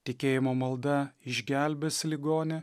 tikėjimo malda išgelbės ligonį